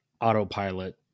autopilot